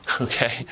Okay